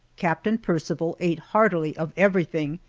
captain percival ate heartily of everything,